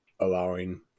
allowing